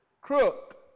crook